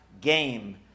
game